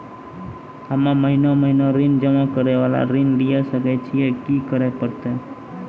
हम्मे महीना महीना ऋण जमा करे वाला ऋण लिये सकय छियै, की करे परतै?